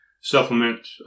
supplement